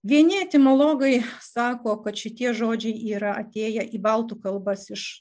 vieni etimologai sako kad šitie žodžiai yra atėję į baltų kalbas iš